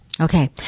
Okay